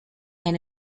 and